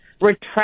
retract